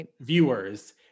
viewers